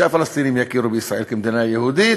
שהפלסטינים יכירו בישראל כמדינה יהודית,